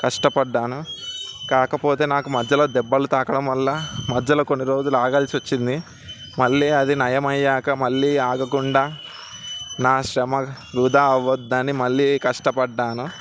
కష్టపడ్డాను కాకపోతే నాకు మధ్యలో దెబ్బలు తాకడం వల్ల మధ్యలో కొన్ని రోజులు ఆగాల్సి వచ్చింది మళ్ళీ అది నయమైయ్యాక మళ్ళీ ఆగకుండా నా శ్రమ వృధా అవ్వద్దని మళ్ళీ కష్టపడ్డాను